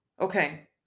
Okay